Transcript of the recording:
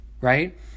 right